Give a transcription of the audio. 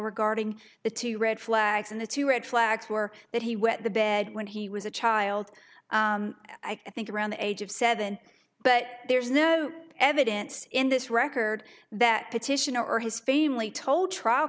regarding it to red flags and the two red flags were that he wet the bed when he was a child i think around the age of seven but there's no evidence in this record that petition or his fame lee told trial